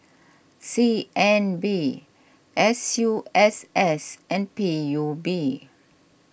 C N B S U S S and P U B